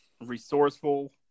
resourceful